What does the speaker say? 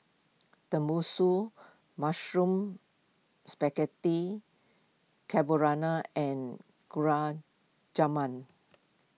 Tenmusu Mushroom Spaghetti Carbonara and Gulab Jamun